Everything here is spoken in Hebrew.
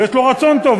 ויש לו רצון טוב.